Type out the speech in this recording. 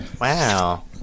Wow